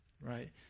right